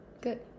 good